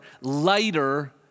lighter